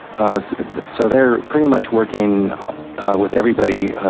so they're pretty much working with everybody